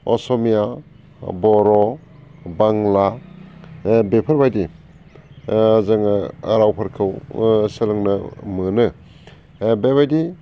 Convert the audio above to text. असमिया बर' बांला बेफोरबायदि जोङो रावफोरखौ सोलोंनो मोनो बेबायदि